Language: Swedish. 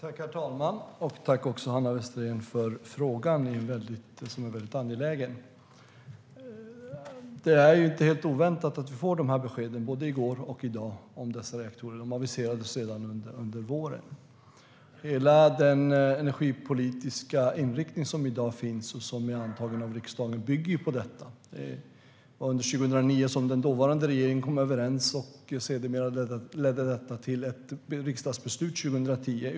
Herr talman! Jag tackar Hanna Westerén för frågan. Den är angelägen. Det är inte helt oväntat att vi fått beskeden om reaktorerna både i går och i dag. De aviserades redan under våren. Hela den energipolitiska inriktning som finns i dag och som är antagen av riksdagen bygger på detta. År 2009 kom den dåvarande regeringen överens, vilket sedermera ledde till ett riksdagsbeslut 2010.